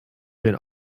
been